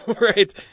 Right